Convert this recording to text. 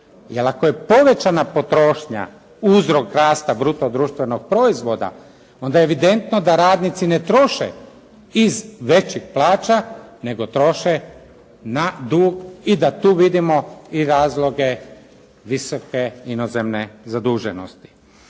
Jer ako je povećana potrošnja uzrok rasta bruto društvenog proizvoda, onda je evidentno da radnici ne troše iz većih plaća, nego troše na dug i da tu vidimo i razloge visoke inozemne zaduženosti.